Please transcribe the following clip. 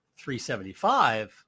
375